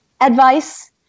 advice